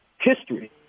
history